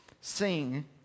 Sing